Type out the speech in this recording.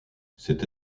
cette